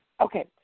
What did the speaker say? Okay